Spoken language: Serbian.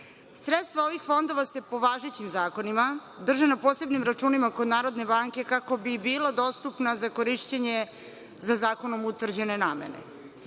ovih fondova se, po važećim zakonima, drže na posebnim računima kod Narodne banke kako bi bila dostupna za korišćenje za zakonom utvrđene namene.